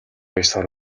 ёсоор